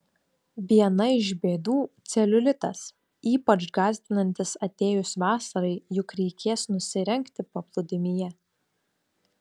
viena iš bėdų celiulitas ypač gąsdinantis atėjus vasarai juk reikės nusirengti paplūdimyje